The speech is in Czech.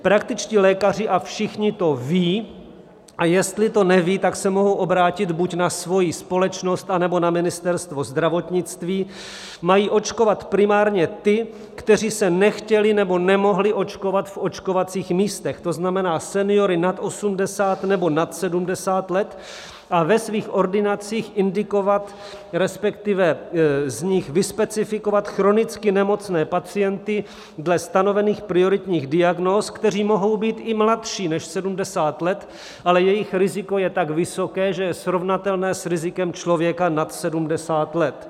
Praktičtí lékaři a všichni to ví, a jestli to neví, tak se mohou obrátit buď na svoji společnost, anebo na Ministerstvo zdravotnictví mají očkovat primárně ty, kteří se nechtěli nebo nemohli očkovat v očkovacích místech, to znamená seniory nad 80 nebo nad 70 let, a ve svých ordinacích indikovat, respektive z nich vyspecifikovat, chronicky nemocné pacienty dle stanovených prioritních diagnóz, kteří mohou být i mladší než 70 let, ale jejich riziko je tak vysoké, že je srovnatelné s rizikem člověka nad 70 let.